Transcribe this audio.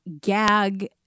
gag